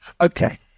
Okay